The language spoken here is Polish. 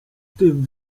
tym